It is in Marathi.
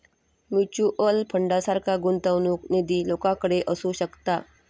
म्युच्युअल फंडासारखा गुंतवणूक निधी लोकांकडे असू शकता